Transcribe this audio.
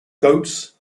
goats